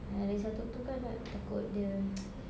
yang lagi satu itu kan takut dia